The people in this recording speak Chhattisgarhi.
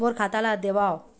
मोर खाता ला देवाव?